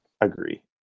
agree